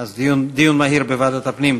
דיון מהיר בוועדת הפנים.